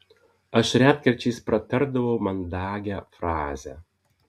aš retkarčiais pratardavau mandagią frazę